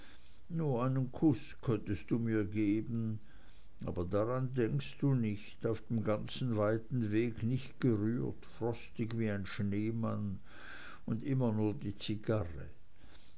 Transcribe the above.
nur einen kuß könntest du mir geben aber daran denkst du nicht auf dem ganzen weiten weg nicht gerührt frostig wie ein schneemann und immer nur die zigarre